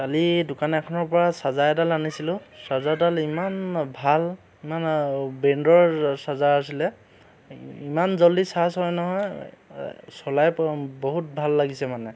কালি দোকান এখনৰ পৰা চাৰ্জাৰ এডাল আনিছিলোঁ চাৰ্জাৰডাল ইমান ভাল ইমান ব্ৰেণ্ডৰ চাৰ্জাৰ আছিলে ইমান জল্ডি চাৰ্জ হয় নহয় চলাই বহুত ভাল লাগিছে মানে